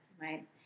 right